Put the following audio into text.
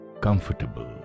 comfortable